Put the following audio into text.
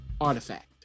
artifact